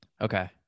Okay